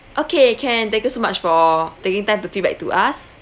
okay can thank you so much for taking time to feedback to us